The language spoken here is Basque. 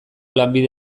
lanbide